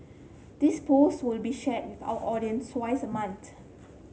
this post will be shared with our audience twice a month